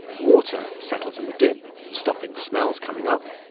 water settles in the dip, stopping smells coming up.